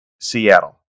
Seattle